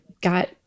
got